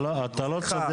לא, אתה לא צודק.